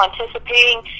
anticipating